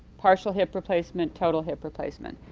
partial hip replacement, total hip replacement.